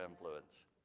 influence